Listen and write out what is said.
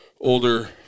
older